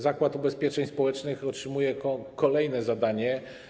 Zakład Ubezpieczeń Społecznych otrzymuje kolejne zadanie.